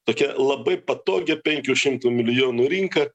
tokia labai patogia penkių šimtų milijonų rinka